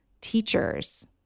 teachers